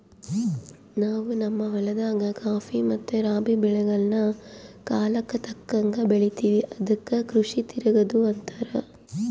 ನಾವು ನಮ್ಮ ಹೊಲದಾಗ ಖಾಫಿ ಮತ್ತೆ ರಾಬಿ ಬೆಳೆಗಳ್ನ ಕಾಲಕ್ಕತಕ್ಕಂಗ ಬೆಳಿತಿವಿ ಅದಕ್ಕ ಕೃಷಿ ತಿರಗದು ಅಂತಾರ